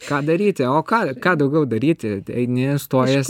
ką daryti o ką ką daugiau daryti eini stojies